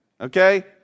okay